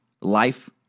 life